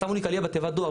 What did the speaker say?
שמו לי קליע בתיבת הדואר,